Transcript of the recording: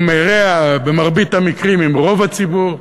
הוא מרע במרבית המקרים עם רוב הציבור,